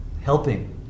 helping